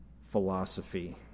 philosophy